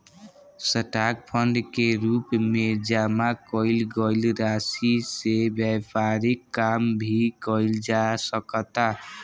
stock fund के रूप में जामा कईल गईल राशि से व्यापारिक काम भी कईल जा सकता